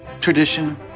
tradition